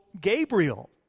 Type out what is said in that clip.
Gabriel